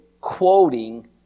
quoting